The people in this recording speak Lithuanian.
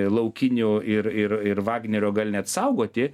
laukinių ir ir ir vagnerio gal net saugoti